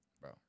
Bro